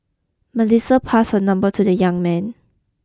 Melissa passed her number to the young man